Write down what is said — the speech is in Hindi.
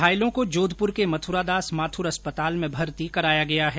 घायलों को जोधपुर के मथुरादास माथुर अस्पताल में भर्ती कराया गया है